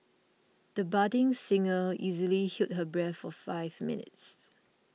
the budding singer easily held her breath for five minutes